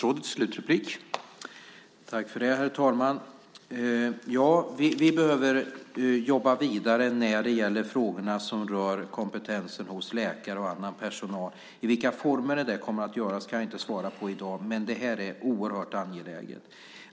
Herr talman! Vi behöver jobba vidare när det gäller frågorna som rör kompetensen hos läkare och annan personal. I vilka former det kommer att göras kan jag inte svara på i dag, men det här är oerhört angeläget.